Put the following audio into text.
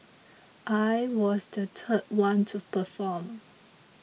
I was the third one to perform